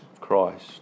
Christ